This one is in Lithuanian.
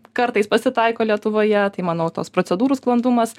kartais pasitaiko lietuvoje tai manau tos procedūrų sklandumas